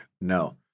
No